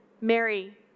Mary